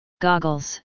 Goggles